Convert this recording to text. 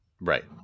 Right